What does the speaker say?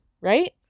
right